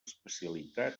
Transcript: especialitat